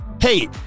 hey